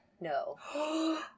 No